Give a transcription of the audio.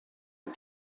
and